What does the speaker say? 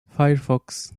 firefox